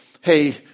hey